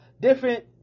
different